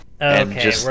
Okay